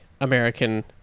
american